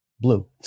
blue